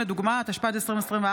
(תיקון, שיחה למוקדי חירום), התשפ"ד 2024,